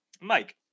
Mike